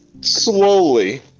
slowly